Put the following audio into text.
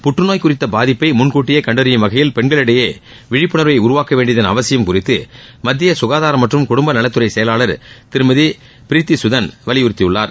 புற்றநோய் குறித்த பாதிப்பை முன்கூட்டியே கண்டறியும் வகையில் பெண்களிடையே விழிப்புணர்வை உருவாக்க வேண்டியதன் அவசியம் குறித்து மத்திய சுகாதாரம் மற்றும் குடும்பநலத்துறை செயலாளர் திருமதி ப்ரித்தீ சுதான் வலியுறுத்தியுள்ளார்